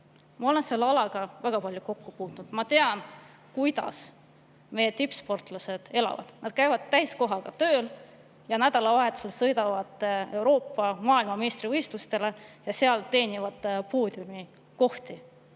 Ma olen selle alaga väga palju kokku puutunud ja ma tean, kuidas meie tippsportlased elavad. Nad käivad täiskohaga tööl ja nädalavahetusel sõidavad Euroopa või maailmameistrivõistlustele ja teenivad seal poodiumikohti.